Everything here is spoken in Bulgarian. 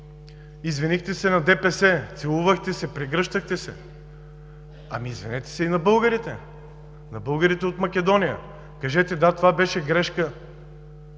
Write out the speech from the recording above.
Извинихте се на ДПС – целувахте се, прегръщахте се. Ами, извинете се и на българите, на българите от Македония, кажете: „Да, това беше грешка,